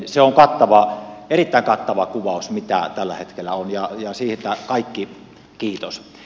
se on kattava erittäin kattava kuvaus mitä tällä hetkellä on ja siitä kaikki kiitos